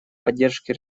поддержку